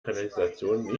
kanalisation